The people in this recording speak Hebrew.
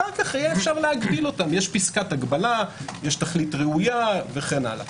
יש פסקת הגבלה, יש תכלית ראויה וכן הלאה.